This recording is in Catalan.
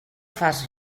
fas